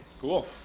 Cool